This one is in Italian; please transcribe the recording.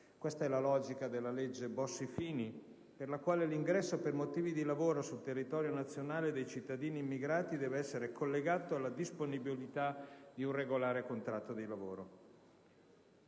Questa è la logica della cosiddetta legge Bossi-Fini, per la quale l'ingresso per motivi di lavoro sul territorio nazionale dei cittadini immigrati deve essere collegato alla disponibilità di un regolare contratto di lavoro.